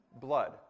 blood